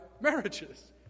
marriages